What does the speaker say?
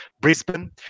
Brisbane